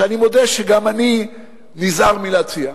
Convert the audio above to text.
שאני מודה שגם אני נזהר מלהציע: